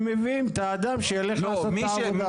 הם מביאים את האדם שילך לעשות את העבודה.